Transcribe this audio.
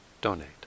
donate